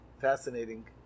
fascinating